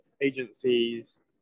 agencies